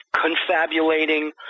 confabulating